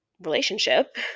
relationship